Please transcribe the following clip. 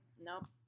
nope